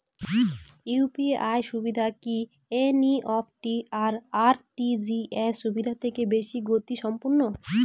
UPI সুবিধা কি NEFT আর আর.টি.জি.এস সুবিধা থেকে বেশি গতিসম্পন্ন?